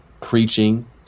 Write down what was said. preaching